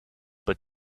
but